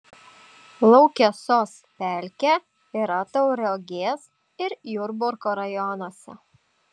laukesos pelkė yra tauragės ir jurbarko rajonuose